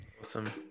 Awesome